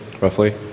roughly